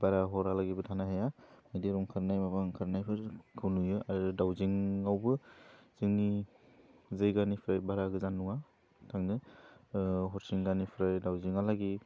बारा हरालागैबो थानो हाया बेहाय मैदेर अंखारनाय माबा अंखारफोरखौ नुयो आरो दावजेङावबो जोंनि जायगानिफ्राय बारा गोजान नङा थांनो हरिसिङानिफ्राय दावजेङालागै